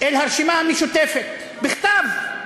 אל הרשימה המשותפת, מכתב,